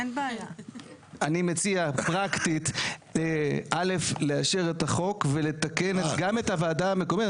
אני מציע פרקטית א' לאשר את החוק ולתקן גם את הוועדה המקומית.